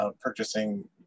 purchasing